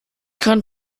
könnt